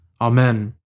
Amen